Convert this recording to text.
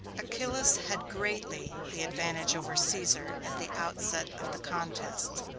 achillas had greatly the advantage over caesar at the outset of the contest,